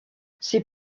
ces